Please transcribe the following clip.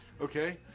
okay